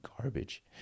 garbage